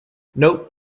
note